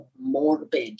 morbid